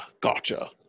Gotcha